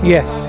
Yes